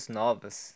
novas